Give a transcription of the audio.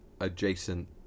adjacent